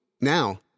Now